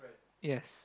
yes